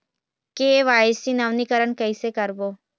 KYC नवीनीकरण कैसे करबो?